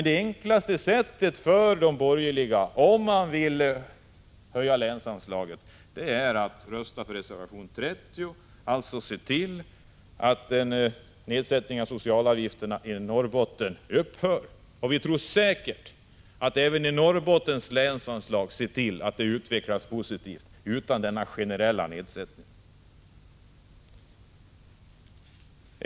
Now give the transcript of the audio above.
Det enklaste sättet för de borgerliga att höja länsanslaget är att rösta för reservation 30 och se till att nedsättningen av socialavgifterna i Norrbotten upphör. Säkert kommer Norrbottens länsanslag att utvecklas positivt utan denna generella nedsättning.